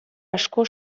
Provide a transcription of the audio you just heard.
asko